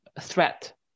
threat